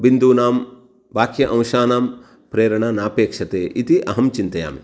बिन्दूनां बाह्य अंशानां प्रेरणा नापेक्ष्यते इति अहं चिन्तयामि